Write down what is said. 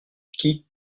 qui